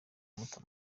kumuta